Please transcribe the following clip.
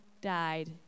died